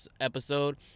episode